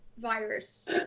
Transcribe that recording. virus